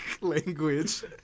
language